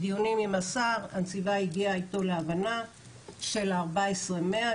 בדיונים עם השר הנציבה הגיעה איתו להבנה של 14,100,